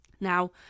Now